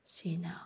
ꯁꯤꯅ